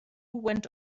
went